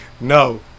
No